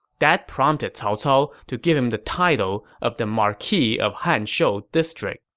that prompted cao cao to give him the title of the marquis of hanshou district